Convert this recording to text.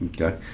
Okay